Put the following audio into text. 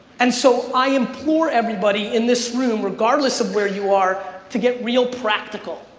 and so i implore everybody in this room regardless of where you are to get real practical.